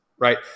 Right